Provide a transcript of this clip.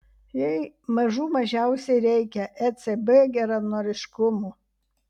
jai mažų mažiausiai reikia ecb geranoriškumo